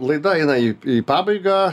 laida eina į pabaigą